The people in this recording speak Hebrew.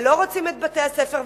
ולא רוצים את בתי-הספר,